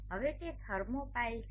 હવે તે થર્મોપાઇલ છે